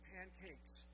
Pancakes